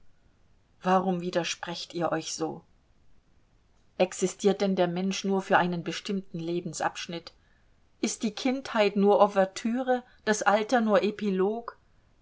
warum widersprecht ihr euch so existiert denn der mensch nur für einen bestimmten lebensabschnitt ist die kindheit nur ouvertüre das alter nur epilog